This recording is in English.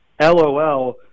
LOL